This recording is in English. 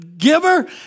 giver